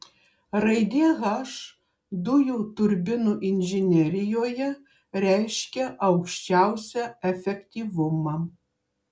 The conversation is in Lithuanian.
raidė h dujų turbinų inžinerijoje reiškia aukščiausią efektyvumą